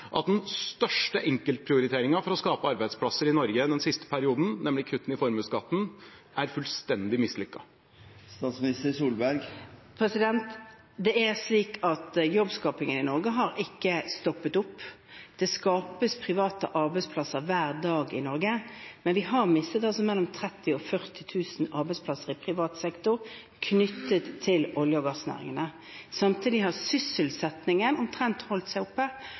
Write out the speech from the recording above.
at den største enkeltprioriteringen for å skape arbeidsplasser i Norge i den siste perioden, nemlig kuttene i formuesskatten, er fullstendig mislykket? Det er slik at jobbskapingen i Norge har ikke stoppet opp. Det skapes private arbeidsplasser hver dag i Norge, men vi har mistet mellom 30 000 og 40 000 arbeidsplasser i privat sektor knyttet til olje- og gassnæringen. Samtidig har sysselsettingen omtrent holdt seg oppe,